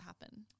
happen